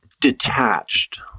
Detached